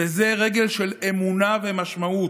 וזו הרגל של אמונה ומשמעות.